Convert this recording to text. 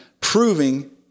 proving